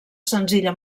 senzilla